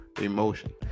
emotion